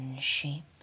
sheep